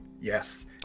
Yes